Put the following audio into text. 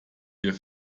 wir